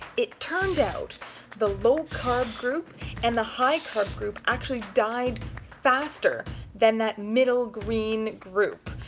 it turned out the low-carb group and the high-carb group actually died faster than that middle green group.